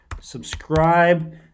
Subscribe